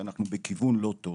הבנתי שאנחנו בכיוון לא טוב